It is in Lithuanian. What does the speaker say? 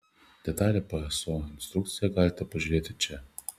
detalią pso instrukciją galite pažiūrėti čia